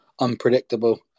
unpredictable